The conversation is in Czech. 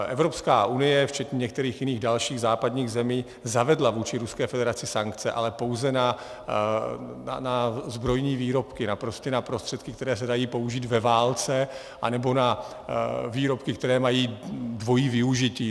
Evropská unie včetně některých jiných dalších západních zemí zavedla vůči Ruské federaci sankce, ale pouze na zbrojní výrobky, prostě na prostředky, které se dají použít ve válce, anebo na výrobky, které mají dvojí využití.